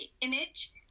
image